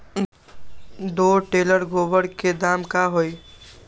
दो टेलर गोबर के दाम का होई?